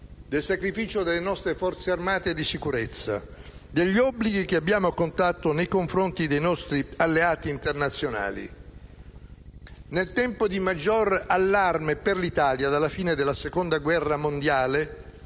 del sacrificio delle nostre Forze armate e di sicurezza, degli obblighi che abbiamo contratto nei confronti dei nostri alleati internazionali. Nel tempo di maggior allarme per l'Italia dalla fine della Seconda guerra mondiale,